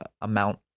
amount